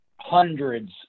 hundreds